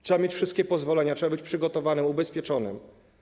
Trzeba mieć wszystkie pozwolenia, trzeba być przygotowanym, ubezpieczonym.